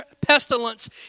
pestilence